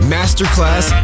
Masterclass